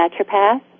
naturopath